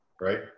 right